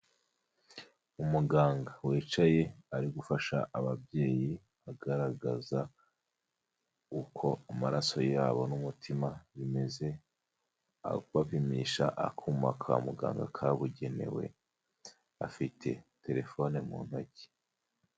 Umuganga wicaye ari gufasha ababyeyi agaragaza uko amaraso yabo n'umutima bimeze, abapimisha akuma ka muganga kabugenewe afite telefone mu ntoki.